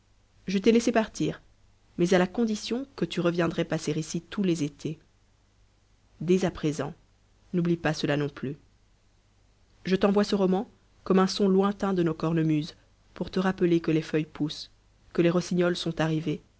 je t'ai laissé partir mais à la condition que lu reviendrais passer ici tous les étés dès à présent n'oublie pas cela non plus je t'envoie ce roman comme un son lointain de nos cornemuses pour te rappeler que les feuilles poussent que les rossignols sont arrivés